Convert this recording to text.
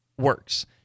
works